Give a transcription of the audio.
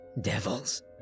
Devils